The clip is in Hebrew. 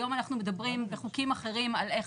היום אנחנו מדברים בחוקים אחרים על איך